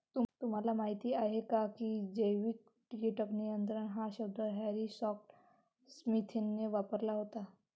तुम्हाला माहीत आहे का की जैविक कीटक नियंत्रण हा शब्द हॅरी स्कॉट स्मिथने वापरला होता?